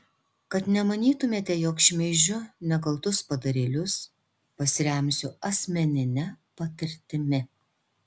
kad nemanytumėte jog šmeižiu nekaltus padarėlius pasiremsiu asmenine patirtimi